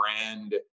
brand